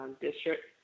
district